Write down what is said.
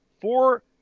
Four